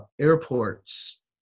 airports